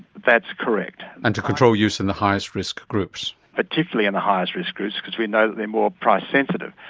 that's correct. and to control use in the highest risk groups. particularly in the highest risk groups because we know that they are more price sensitive.